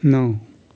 नौ